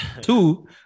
Two